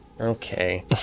okay